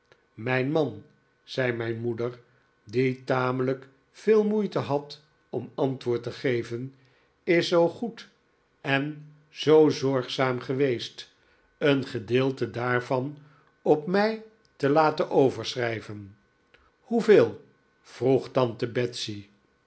mijn man zei mijn moeder die tamelijk veel moeite had om antwoord te geven is zoo goed en zoo zorgzaam geweest een david copper field gedeelte daarvan op mij te laten overschrijven hoeveel yroeg tante betsey